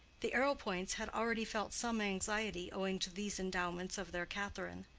the arrowpoints had already felt some anxiety owing to these endowments of their catherine.